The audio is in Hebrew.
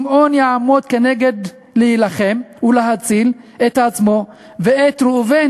שמעון יעמוד כנגד להילחם ולהציל את עצמו ואת ראובן